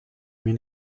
mir